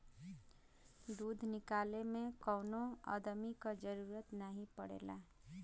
दूध निकाले में कौनो अदमी क जरूरत नाही पड़ेला